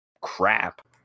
crap